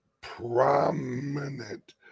prominent